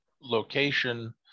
location